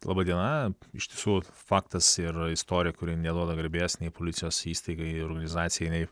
laba diena iš tiesų faktas ir istorija kuri neduoda garbės nei policijos įstaigai ir organizacijai nei